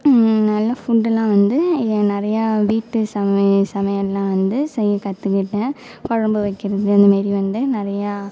நல்ல ஃபுட்டெல்லாம் வந்து நிறையா வீட்டு சமையலாம் வந்து செய்ய கற்றுக்கிட்டேன் குழம்பு வைக்கிறது அந்தமாதிரி வந்து நிறையா